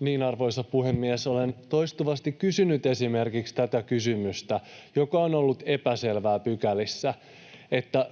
Niin, arvoisa puhemies, olen toistuvasti kysynyt esimerkiksi tätä kysymystä, joka on ollut epäselvä pykälissä,